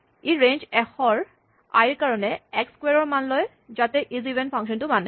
ই range ১০০ ৰ I ৰ কাৰণে এক্স ৰ ক্সোৱাৰ মান লয় যাতে ইজ ইভেন ফাংচন টো মানে